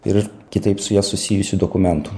ir kitaip su ja susijusių dokumentų